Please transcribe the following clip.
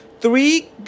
three